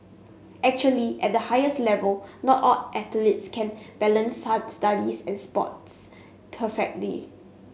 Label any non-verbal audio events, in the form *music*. actually at the highest level not all athletes can balance *unintelligible* studies and sports perfectly